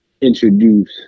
introduce